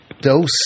dose